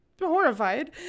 horrified